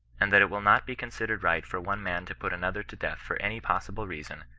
and that it will not be considered right for one man to put another to death for any possible reason,